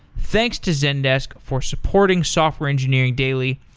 thanks to zendesk for supporting software engineering daily,